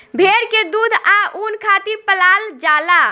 भेड़ के दूध आ ऊन खातिर पलाल जाला